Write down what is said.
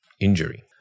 injury